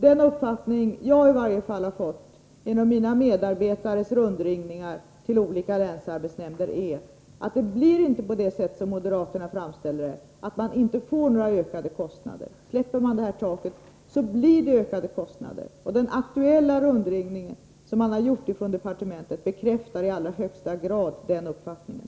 Den uppfattning som i varje fall jag har fått genom mina medarbetares rundringningar till olika länsarbetsnämnder är att det inte blir på det sätt som moderaterna framställer det, dvs. att man inte skulle få några ökningar av kostnaderna. Avskaffar man taket, uppstår kostnadsökningar. Den aktuella rundringningen från departementet bekräftar i allra högsta grad den uppfattningen.